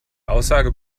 aussage